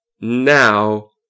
now